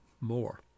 more